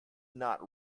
not